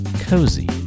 cozy